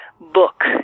book